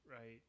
right